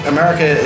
America